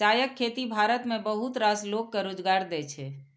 चायक खेती भारत मे बहुत रास लोक कें रोजगार दै छै